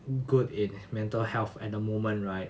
good in mental health in the moment right